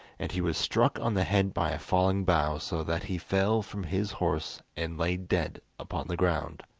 and he was struck on the head by a falling bough, so that he fell from his horse and lay dead upon the ground.